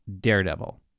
Daredevil